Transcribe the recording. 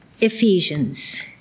Ephesians